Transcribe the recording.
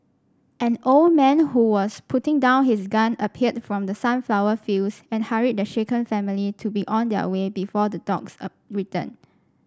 an old man who was putting down his gun appeared from the sunflower fields and hurried the shaken family to be on their way before the dogs a return